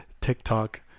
tiktok